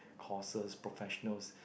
costs professionals